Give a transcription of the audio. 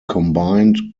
combined